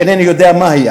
שאינני יודע מהי,